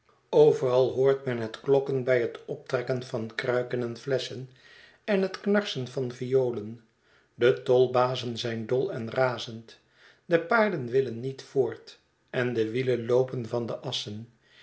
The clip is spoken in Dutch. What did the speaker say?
overal hoort men het klokken bij het opentrekken van kruiken en flesschen en het knarsen van violen de tolbazen zijn dol en razend de paarden willen niet voort en de wielen loopen van de assen